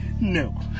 No